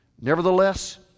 Nevertheless